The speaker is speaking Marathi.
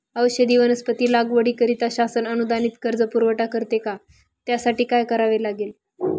औषधी वनस्पती लागवडीकरिता शासन अनुदानित कर्ज पुरवठा करते का? त्यासाठी काय करावे लागेल?